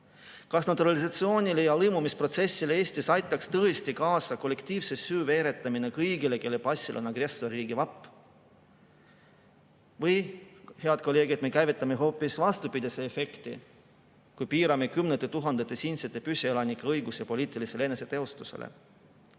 Kas naturalisatsioonile ja lõimumisprotsessile Eestis aitaks tõesti kaasa kollektiivse süü veeretamine kõigile, kelle passil on agressorriigi vapp? Või, head kolleegid, me käivitame hoopis vastupidise efekti, kui piirame kümnete tuhandete siinsete püsielanike õigusi poliitilisele eneseteostusele?